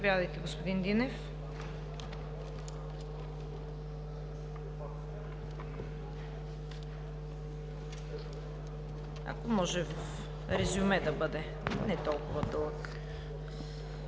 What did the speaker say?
господин Динев. Ако може, в резюме да бъде, не толкова дълъг.